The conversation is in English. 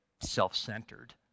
self-centered